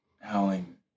howling